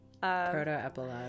Proto-epilogue